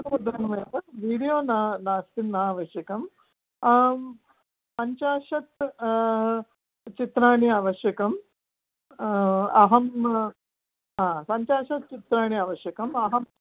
मूद्रणम् एव विडियो न नास्ति न आवश्यकम् पञ्चाशत् चित्राणि आवश्यकम् अहं पञ्चाशत् चित्राणि आवश्यकम् अहं